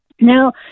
Now